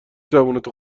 زبونتو